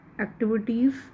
activities